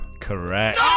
Correct